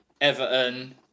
Everton